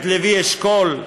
את לוי אשכול?